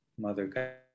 Mother